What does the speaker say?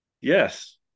Yes